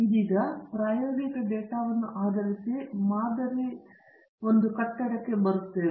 ಇದೀಗ ನಾವು ಪ್ರಾಯೋಗಿಕ ಡೇಟಾವನ್ನು ಆಧರಿಸಿ ಮಾದರಿ ಕಟ್ಟಡಕ್ಕೆ ಬರುತ್ತಿದ್ದೇವೆ